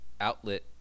outlet